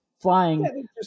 flying